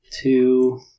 two